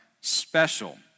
special